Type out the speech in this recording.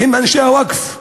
הם אנשי הווקף.